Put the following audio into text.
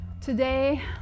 Today